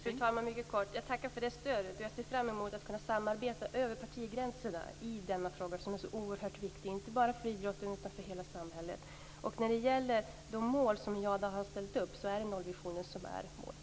Fru talman! Mycket kort: Jag tackar för stödet och ser fram emot att kunna samarbeta över partigränserna i denna fråga som är så oerhört viktig, inte bara för idrotten utan för hela samhället. När det gäller de mål som jag har ställt upp är det nollvisionen som är målet.